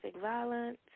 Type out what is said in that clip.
violence